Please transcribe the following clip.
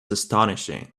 astonishing